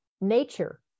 nature